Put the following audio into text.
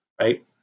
Right